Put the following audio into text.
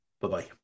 bye-bye